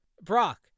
Brock